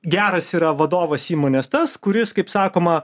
geras yra vadovas įmonės tas kuris kaip sakoma